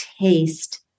taste